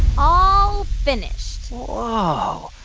all finished whoa.